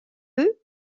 eux